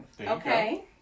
Okay